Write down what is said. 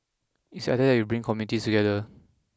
it's the idea that you bring communities together